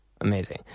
Amazing